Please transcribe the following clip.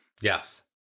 Yes